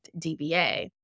DBA